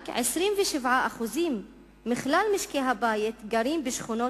רק 27% מכלל משקי-הבית גרים בשכונות